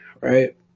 right